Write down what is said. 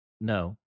No